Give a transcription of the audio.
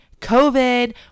COVID